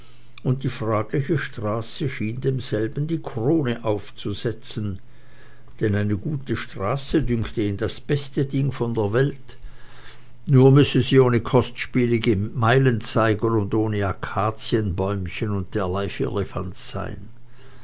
und die fragliche straße schien demselben die krone aufzusetzen denn eine gute straße dünkte ihn das beste ding von der welt nur müsse sie ohne kostspielige meilenzeiger und ohne akazienbäumchen und derlei firlefanz sein